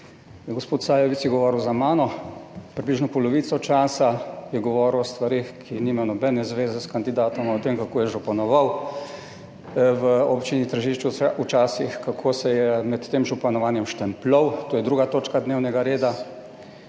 Gospod Sajovic je govoril za mano, približno polovico časa je govoril o stvareh, ki nimajo nobene zveze s kandidatom. O tem, kako je županoval v občini Tržič v časih, kako se je med tem županovanjem štempljal. To je 2. točka dnevnega reda,